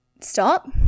stop